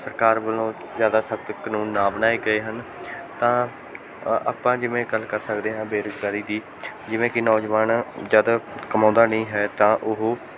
ਸਰਕਾਰ ਵੱਲੋਂ ਜ਼ਿਆਦਾ ਸਖ਼ਤ ਕਾਨੂੰਨ ਨਾ ਬਣਾਏ ਗਏ ਹਨ ਤਾਂ ਆਪਾਂ ਜਿਵੇਂ ਗੱਲ ਕਰ ਸਕਦੇ ਹਾਂ ਬੇਰੁਜ਼ਗਾਰੀ ਦੀ ਜਿਵੇਂ ਕਿ ਨੌਜਵਾਨ ਜਦੋਂ ਕਮਾਉਂਦਾ ਨਹੀਂ ਹੈ ਤਾਂ ਉਹ